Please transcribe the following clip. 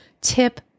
tip